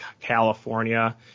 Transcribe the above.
California